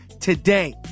today